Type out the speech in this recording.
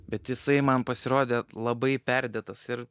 bet jisai man pasirodė labai perdėtas ir